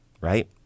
Right